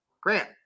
grant